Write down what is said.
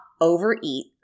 overeat